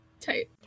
tight